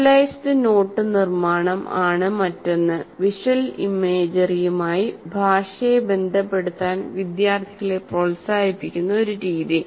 visualised note നിർമ്മാണം ആണ് മറ്റൊന്ന് വിഷ്വൽ ഇമേജറിയുമായി ഭാഷയെ ബന്ധപ്പെടുത്താൻ വിദ്യാർത്ഥികളെ പ്രോത്സാഹിപ്പിക്കുന്ന ഒരു രീതി